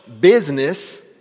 business